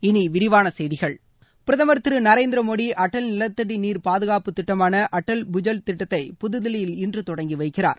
இனி விரிவான செய்திகள் பிரதமர் திரு நரேந்திர மோடி அடல் நிலத்தடி நீர் பாதுகாப்பு திட்டமான அட்டல் புஜல் திட்டத்தை புதுதில்லியில் இன்று தொடங்கி வைக்கிறார்